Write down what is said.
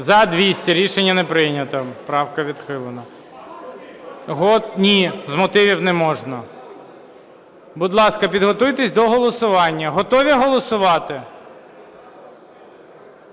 За-200 Рішення не прийнято. Правка відхилена. Ні, з мотивів не можна. Будь ласка, підготуйтесь до голосування. Готові голосувати?